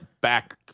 back